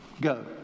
go